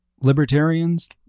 libertarians